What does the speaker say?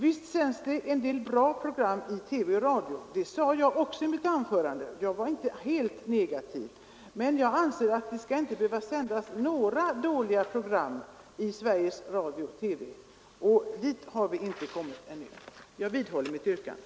Visst sänds en del bra program i TV och radio — det sade jag också i mitt första anförande; jag var inte helt negativ. Men jag anser att det inte skall behöva sändas några dåliga program i Sveriges Radio och TV. Och dit har vi ännu inte kommit. Jag vidhåller mitt yrkande.